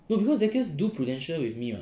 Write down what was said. no because zakirs do Prudential with me [what]